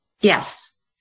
Yes